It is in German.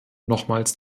nochmals